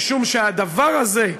משום שהדבר הזה,